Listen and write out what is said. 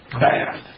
bad